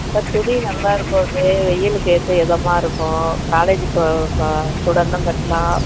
sir துணி நல்லா இருக்கும் இது வெயிலுக்கு ஏற்ற இதமா இருக்கும் காலேஜ் ஸ்டுடெண்ட்லாம் கட்டலாம்